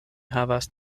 havas